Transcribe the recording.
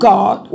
God